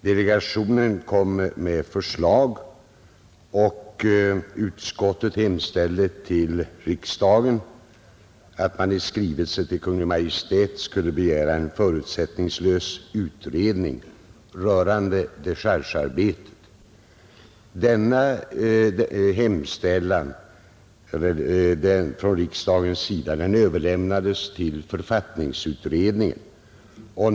Delegationen kom med förslag, och utskottet hemställde till riksdagen att i skrivelse till Kungl. Maj:t begära en förutsättningslös utredning rörande dechargearbetet. Denna riksdagens hemställan överlämnades till författningsutredningen.